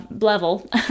level